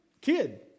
kid